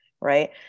right